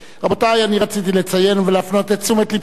רבותי, אני רציתי לציין ולהפנות את תשומת לבכם